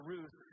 Ruth